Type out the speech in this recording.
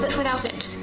without it,